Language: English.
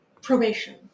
probation